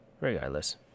regardless